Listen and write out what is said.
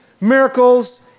miracles